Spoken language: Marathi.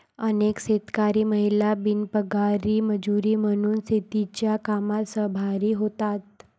अनेक शेतकरी महिला बिनपगारी मजुरी म्हणून शेतीच्या कामात सहभागी होतात